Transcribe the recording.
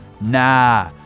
Nah